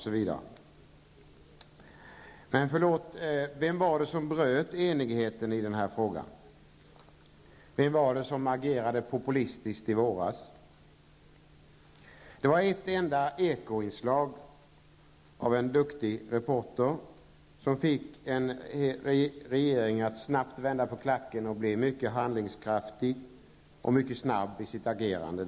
Förlåt, men vem var det som bröt enigheten? Vem var det som agerade populistiskt i våras? Det var ett enda Eko-inslag av en duktig reporter som fick en regering att snabbt vända på klacken och bli mycket handlingskraftig i sitt agerande.